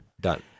Done